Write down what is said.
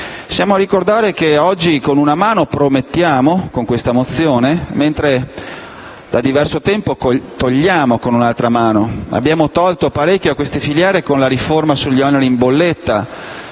Siamo a ricordare che oggi, con una mano promettiamo (con questa mozione), mentre da diverso tempo togliamo con l'altra mano. Abbiamo tolto parecchio a queste filiere con la riforma sugli oneri in bolletta;